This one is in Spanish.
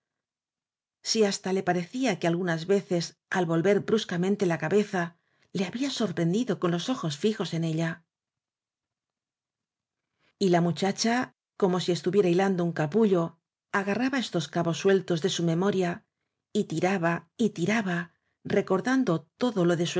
si hasta le parecía que algu nas veces al volver bruscamente la cabeza le había sorprendido con los ojos fijos en ella la muchacha como si estuviera hilando un capullo agarraba estos cabos sueltos de su memoria y tiraba y tiraba recordando todo lo